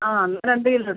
ആ എന്നാൽ രണ്ട് കിലോ